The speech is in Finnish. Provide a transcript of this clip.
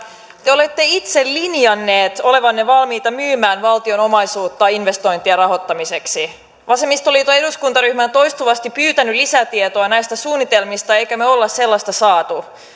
te te olette itse linjanneet olevanne valmiita myymään valtion omaisuutta investointien rahoittamiseksi vasemmistoliiton eduskuntaryhmä on toistuvasti pyytänyt lisätietoa näistä suunnitelmista emmekä me ole sellaista saaneet